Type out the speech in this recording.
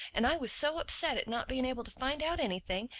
and i was so upset at not being able to find out anything,